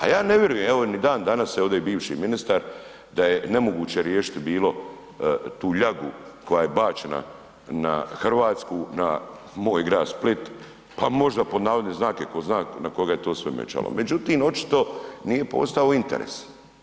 A ja ne vjerujem, evo, ni dan danas je ovdje bivši ministar, da je nemoguće riješiti bilo tu ljagu koja je bačena na Hrvatsku, na moj grad Split, pa možda, pod navodne znake, tko zna na koga je to sve ... Međutim, očito nije postojao interes.